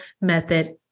method